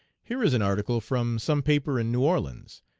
here is an article from some paper in new orleans.